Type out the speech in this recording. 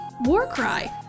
Warcry